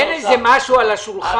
אין משהו על השולחן?